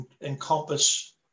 encompass